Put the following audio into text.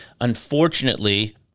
unfortunately